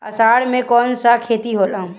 अषाढ़ मे कौन सा खेती होला?